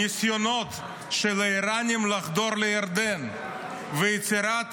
ניסיונות של האיראנים לחדור לירדן ויצירת